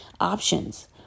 options